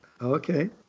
Okay